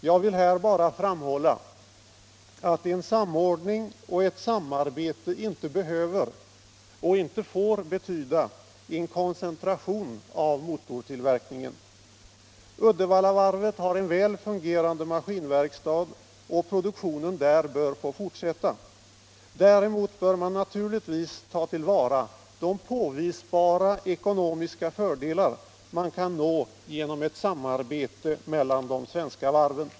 Jag vill här bara framhålla att en samordning och ett samarbete inte behöver och inte får betyda en koncentration av motortillverkningen. Uddevallavarvet har en väl fungerande maskinverkstad, och produktionen där bör få fortsätta. Däremot bör man naturligtvis ta till vara de påvisbara ekonomiska fördelar man kan nå genom ett samarbete mellan de svenska varven.